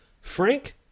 Frank